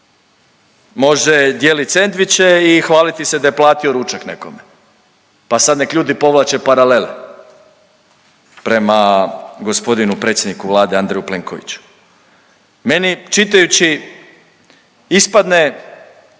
Može dijelit sendviče i hvaliti se da je platio ručak nekome, pa sad nek ljudi povlače paralele prema gospodinu predsjedniku Vlade Andreju Plenkoviću. Meni čitajući ispadne